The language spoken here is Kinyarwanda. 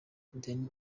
daniel